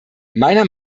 meiner